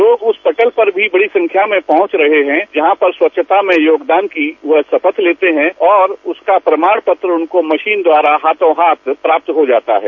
लोग उस पटल पर भी बड़ी संख्या में पहुंच रहे हैं जहां पर स्वच्छता में योगदान की वह शपथ लेते है और उसका प्रमाण पत्र उनको मशीन द्वारा हाथो हाथ प्राप्त हो जाता है